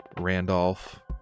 Randolph